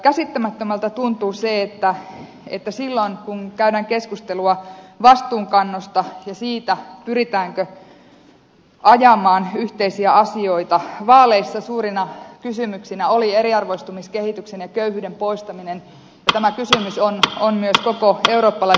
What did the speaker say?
käsittämättömältä tuntuu se että silloin kun käydään keskustelua vastuunkannosta ja siitä pyritäänkö ajamaan yhteisiä asioita niin vaaleissa suurena kysymyksenä oli eriarvoistumiskehityksen ja köyhyyden poistaminen ja tämä kysymys on myös koko eurooppalaisessa politiikassa